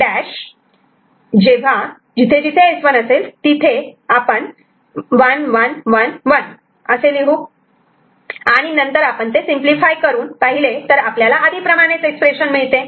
हे S1' तेव्हा जिथे जिथे S1 असेल तिथे आपण 1111 लिहू आणि नंतर आपण ते सिम्पलीफाय करून आपल्याला आधी प्रमाणेच मिळते आहे असे दिसते